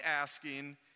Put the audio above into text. asking